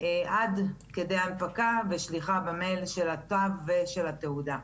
עד כדי הנפקה, ושליחה במייל של התו ושל התעודה.